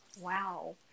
wow